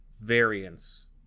variance